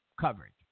coverage